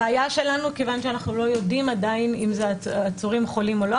הבעיה שלנו כיוון שאנחנו לא יודעים עדיין אם זה עצורים חולים או לא,